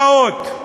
ולהתראות.